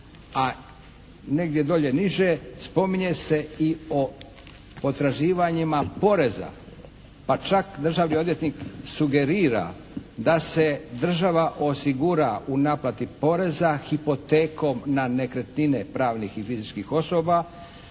a negdje dolje niže spominje se i o potraživanja poreza pa čak državni odvjetnik sugerira da se država osigura u naplati poreza hipotekom na nekretnine pravnih i fizičkih osoba